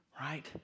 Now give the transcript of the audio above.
Right